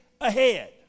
ahead